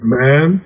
man